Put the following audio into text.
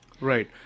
Right